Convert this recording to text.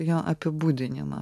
jo apibūdinimą